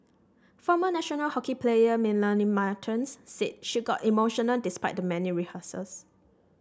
former national hockey player Melanie Martens said she got emotional despite the many rehearsals